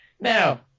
Now